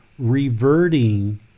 reverting